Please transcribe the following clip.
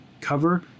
cover